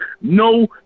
no